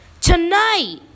Tonight